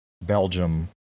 Belgium